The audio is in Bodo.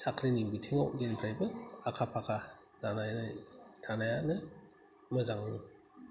साख्रिनि बिथिङाव जेनिफ्रायबो आखा फाखा जानानै थानायानो मोजां